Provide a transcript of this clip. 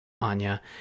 Anya